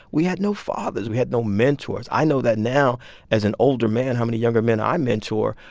we had no fathers. we had no mentors. i know that now as an older man how many younger men i mentor,